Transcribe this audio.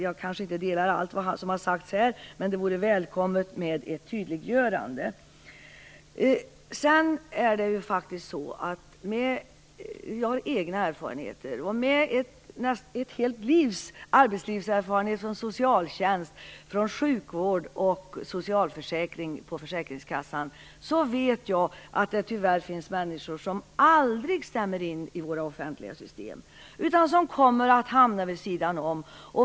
Jag kanske inte instämmer i allt vad Thomas Idergard skrev i sin artikel, men det vore välkommet med ett tydliggörande från socialministern. Med ett helt livs egen erfarenhet från socialtjänst, sjukvård och socialförsäkring på Försäkringskassan vet jag att det tyvärr finns människor som aldrig stämmer in i våra offentliga system, utan som kommer att hamna vid sidan om.